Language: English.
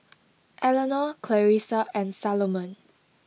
Elenore Clarisa and Salomon